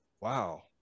wow